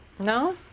No